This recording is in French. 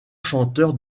chanteurs